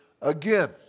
again